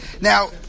Now